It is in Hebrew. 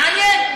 מעניין.